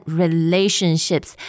relationships